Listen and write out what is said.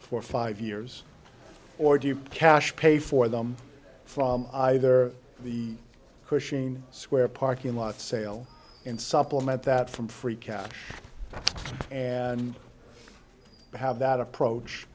for five years or do you cash pay for them from either the cushing square parking lot sale and supplement that from free cash and i have that approach